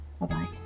Bye-bye